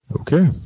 Okay